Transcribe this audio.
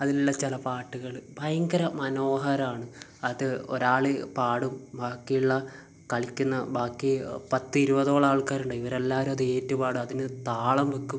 അതിലുള്ള ചില പാട്ടുകൾ ഭയങ്കര മനോഹരമാണ് അത് ഒരാൾ പാടും ബാക്കിയുള്ള കളിക്കുന്ന ബാക്കി പത്ത് ഇരുപതോളം ആൾക്കാരുണ്ട് ഇവരെല്ലാവരും അത് ഏറ്റ് പാടും അതിന് താളം വയ്ക്കും